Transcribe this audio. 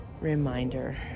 reminder